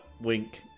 wink